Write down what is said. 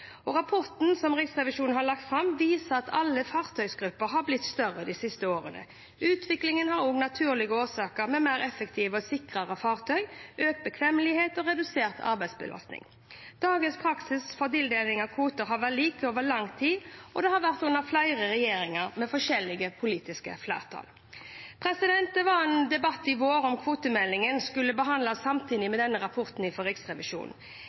og bosetting i distriktene. Rapporten som Riksrevisjonen har lagt fram, viser at alle fartøygrupper har blitt større de siste årene. Utviklingen har også naturlige årsaker, med mer effektive og sikrere fartøy, økt bekvemmelighet og redusert arbeidsbelastning. Dagens praksis for tildeling av kvoter har vært lik over lang tid og under flere regjeringer med forskjellige politiske flertall. Det var en debatt i vår om kvotemeldingen skulle behandles samtidig med denne rapporten fra Riksrevisjonen.